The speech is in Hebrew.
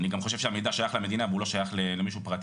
אני חושב גם שהמידע שייך למדינה והוא לא שייך למישהו פרטי,